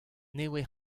nevez